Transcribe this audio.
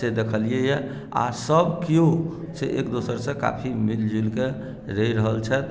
से देखलियैए आ सभ कियो से एक दोसरसँ काफी मिलि जुलि कऽ रहि रहल छथि